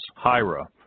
Hira